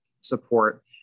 support